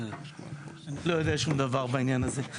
אני לא יודע שום דבר בעניין הזה.